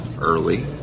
early